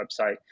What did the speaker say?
website